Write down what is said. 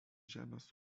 žemės